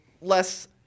less